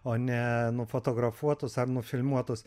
o ne nufotografuotus ar nufilmuotus